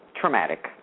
Traumatic